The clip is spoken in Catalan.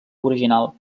original